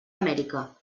amèrica